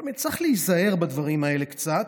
צריך להיזהר בדברים האלה קצת,